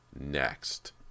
next